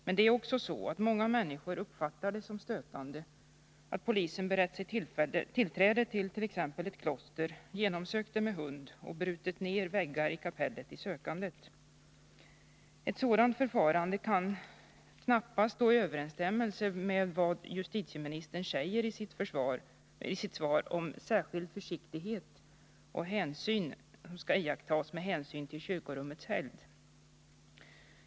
Men det är också så, att många människor uppfattar det som stötande att polisen bereder sig tillträde till t.ex. ett kloster, genomsöker det med hund och bryter ner väggar i kapellet i sökandet. Ett sådant förfarande kan knappast stå i överensstämmelse med vad justitieministern säger i sitt svar om att särskild försiktighet och hänsyn skall iakttas ”med hänsyn till kyrkorummets helgd”.